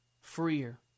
freer